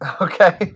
Okay